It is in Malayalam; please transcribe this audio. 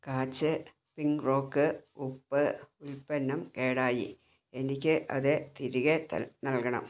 കാച്ചെ പിങ്ക് റോക്ക് ഉപ്പ് ഉൽപ്പന്നം കേടായി എനിക്ക് അത് തിരികെ താ നൽകണം